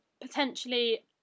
potentially